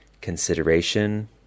consideration